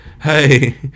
hey